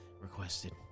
requested